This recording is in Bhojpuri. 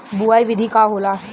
बुआई विधि का होला?